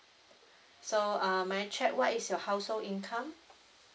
so um may I check what is your household income